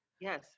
Yes